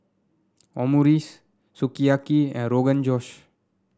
Omurice Sukiyaki and Rogan Josh